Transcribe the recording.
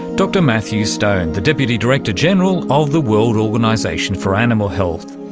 dr matthew stone, the deputy director general of the world organisation for animal health.